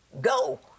go